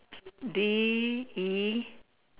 D E